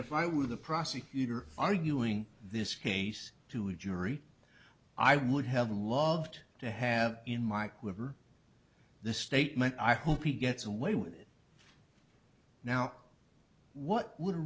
if i were the prosecutor arguing this case to jury i would have loved to have in my with this statement i hope he gets away with it now what would a